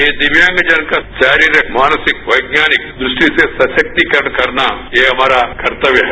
ये दिव्यांगजन का शारीरिक मानसिक वैज्ञानिक दृष्टि से सशकतिकरण करना ये हमारा कर्ततव्य है